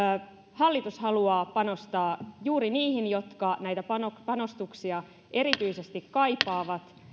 hallitus haluaa panostaa juuri niihin jotka näitä panostuksia erityisesti kaipaavat